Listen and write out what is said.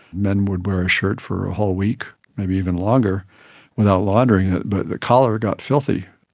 men would wear a shirt for a whole week, maybe even longer without laundering it, but the collar got filthy.